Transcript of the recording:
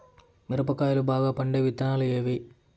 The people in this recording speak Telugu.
మిరప కాయలు బాగా పండే విత్తనాలు ఏవి